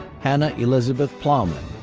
hannah elizabeth ploughman.